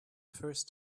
first